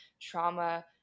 trauma